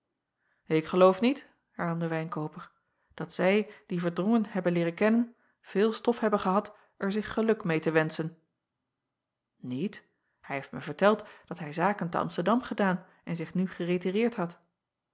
k geloof niet hernam de wijnkooper dat zij die erdrongen hebben leeren kennen veel stof hebben gehad er zich geluk meê te wenschen iet ij heeft mij verteld dat hij zaken te msterdam gedaan en zich nu geretireerd had